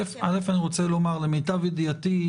קודם כול אני רוצה לומר: למיטב ידיעתי,